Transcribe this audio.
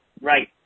Right